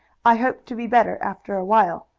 i hope to be better after a while,